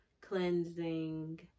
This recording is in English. cleansing